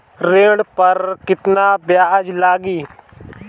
ऋण पर केतना ब्याज लगी?